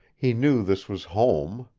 he knew this was home.